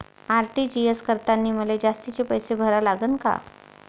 RTGS करतांनी मले जास्तीचे पैसे भरा लागन का?